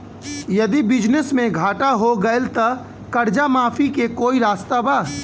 यदि बिजनेस मे घाटा हो गएल त कर्जा माफी के कोई रास्ता बा?